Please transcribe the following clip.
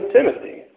Timothy